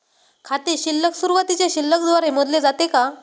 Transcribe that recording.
खाते शिल्लक सुरुवातीच्या शिल्लक द्वारे मोजले जाते का?